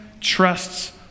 trusts